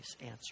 answer